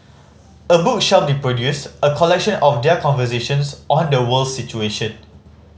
a book shall be produced a collection of their conversations on the world's situation